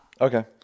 okay